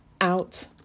out